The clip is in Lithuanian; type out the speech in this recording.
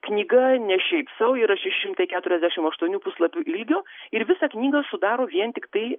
knyga ne šiaip sau yra šeši šimtai keturiasdešim aštuonių puslapių lygio ir visą knygą sudaro vien tiktai